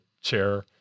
chair